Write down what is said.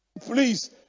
Please